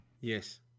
Yes